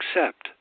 accept